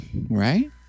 Right